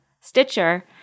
Stitcher